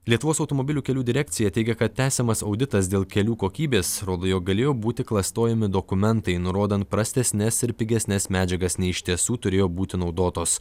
lietuvos automobilių kelių direkcija teigia kad tęsiamas auditas dėl kelių kokybės rodo jog galėjo būti klastojami dokumentai nurodant prastesnes ir pigesnes medžiagas nei iš tiesų turėjo būti naudotos